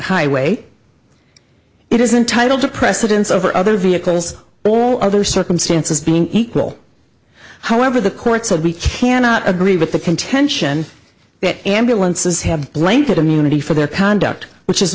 highway it isn't title to precedence over other vehicles all other circumstances being equal however the courts and we cannot agree with the contention that ambulances have blanket immunity for their conduct which is